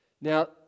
Now